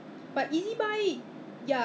err like maybe serve lunch serve dinner